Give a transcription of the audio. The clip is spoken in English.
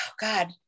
God